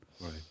Right